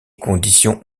conditions